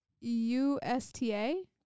U-S-T-A